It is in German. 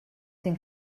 den